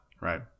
right